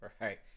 right